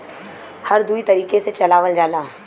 हर दुई तरीके से चलावल जाला